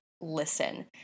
listen